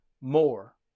more